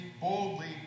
boldly